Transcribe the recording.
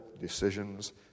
decisions